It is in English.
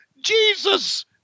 Jesus